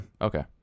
Okay